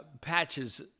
patches